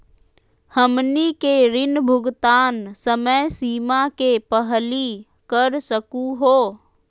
हमनी के ऋण भुगतान समय सीमा के पहलही कर सकू हो?